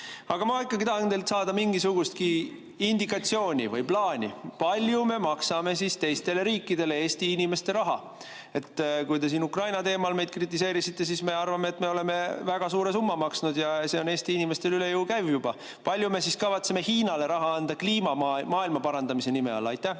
Aga ma ikkagi tahan teilt saada mingisugustki indikatsiooni või plaani, kui palju me maksame teistele riikidele Eesti inimeste raha. Kui te siin Ukraina teemal meid kritiseerisite, siis me arvame, et me oleme väga suure summa maksnud ja see on Eesti inimestele üle jõu käiv juba. Kui palju me kavatseme Hiinale raha anda kliima‑, maailmaparandamise nime all? Kaja